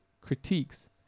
critiques